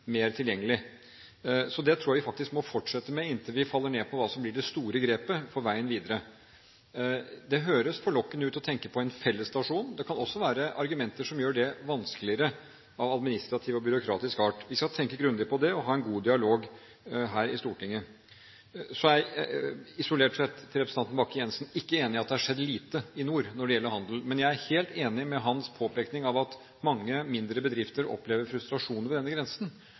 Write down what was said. mer tilgjengelig. Det tror jeg faktisk vi må fortsette med inntil vi faller ned på hva som blir det store grepet på veien videre. Det høres forlokkende ut å tenke på en felles stasjon. Det kan også være argumenter av administrativ og byråkratisk art som gjør det vanskeligere. Vi skal tenke grundig på det og ha en god dialog her i Stortinget. Isolert sett, til representanten Bakke-Jensen, er jeg ikke enig i at det har skjedd lite i nord når det gjelder handel, men jeg er helt enig i hans påpekning av at mange mindre bedrifter opplever frustrasjon ved denne grensen.